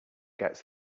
gets